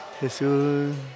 Jesus